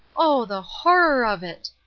oh, the horror of it!